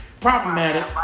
Problematic